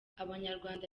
abanyarwanda